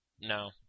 no